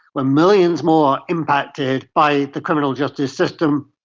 um millions more impacted by the criminal justice system.